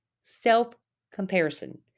Self-comparison